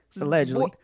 Allegedly